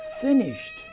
finished